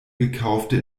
gekaufte